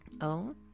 Oh